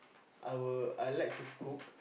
I will I like to cook